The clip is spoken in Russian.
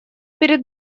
перед